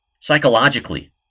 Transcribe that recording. psychologically